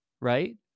right